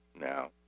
now